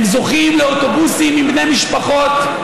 הם זוכים לאוטובוסים מבני משפחות,